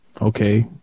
okay